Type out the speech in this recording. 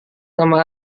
nama